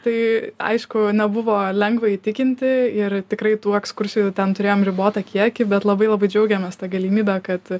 tai aišku nebuvo lengva įtikinti ir tikrai tų ekskursijų ten turėjom ribotą kiekį bet labai labai džiaugiamės ta galimybe kad